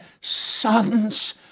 sons